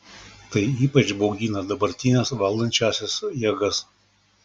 tai ypač baugina dabartines valdančiąsias jėgas